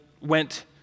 went